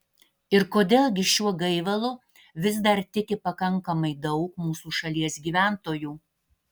ir kodėl gi šiuo gaivalu vis dar tiki pakankamai daug mūsų šalies gyventojų